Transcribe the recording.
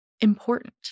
important